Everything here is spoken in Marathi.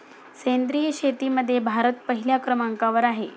सेंद्रिय शेतीमध्ये भारत पहिल्या क्रमांकावर आहे